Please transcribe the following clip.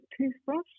toothbrush